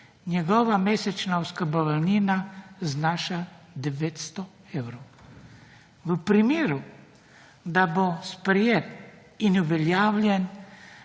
njegova mesečna oskrbnina znaša 900 evrov. V primeru, da bo sprejet in uveljavljen